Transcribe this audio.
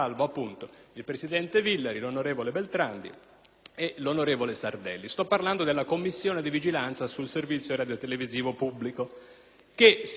e l'onorevole Sardelli. Sto parlando della Commissione di vigilanza in particolare sul servizio radiotelevisivo pubblico che, come si legge stamani sul «Corriere della Sera»,